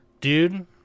Dude